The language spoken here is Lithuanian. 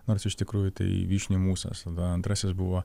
nors iš tikrųjų tai vyšnių mūsas tada antrasis buvo